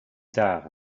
tard